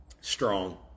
strong